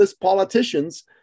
politicians